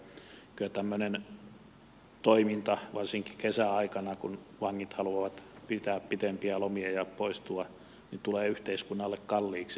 kyllä tämmöinen toiminta varsinkin kesäaikana kun vangit haluavat pitää pitempiä lomia ja poistua tulee yhteiskunnalle kalliiksi